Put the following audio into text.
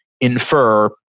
infer